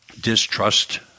distrust